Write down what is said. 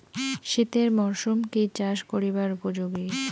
শীতের মরসুম কি চাষ করিবার উপযোগী?